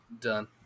Done